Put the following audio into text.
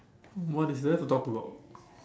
what is there to talk about